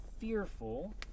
fearful